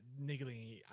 niggling